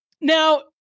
now